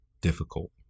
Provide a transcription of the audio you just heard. difficult